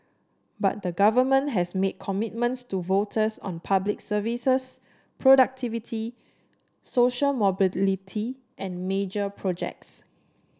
but the government has made commitments to voters on Public Services productivity social mobility and major projects